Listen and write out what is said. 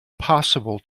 possible